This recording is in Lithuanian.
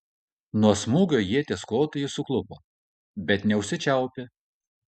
nuo smūgio ieties kotu jis suklupo bet neužsičiaupė